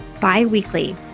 bi-weekly